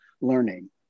learning